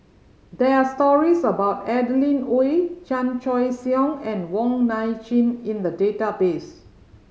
there are stories about Adeline Ooi Chan Choy Siong and Wong Nai Chin in the database